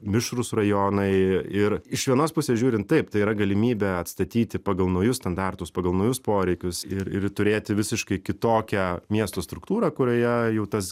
mišrūs rajonai ir iš vienos pusės žiūrint taip tai yra galimybė atstatyti pagal naujus standartus pagal naujus poreikius ir ir turėti visiškai kitokią miesto struktūrą kurioje jau tas